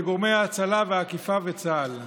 לגורמי ההצלה והאכיפה ולצה"ל.